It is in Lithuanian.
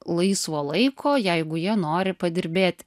laisvo laiko jeigu jie nori padirbėt